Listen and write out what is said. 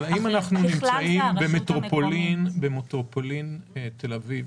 אם אנחנו נמצאים במטרופולין תל אביב,